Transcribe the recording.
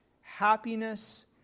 happiness